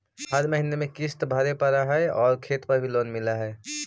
हर महीने में किस्त भरेपरहै आउ खेत पर भी लोन मिल है?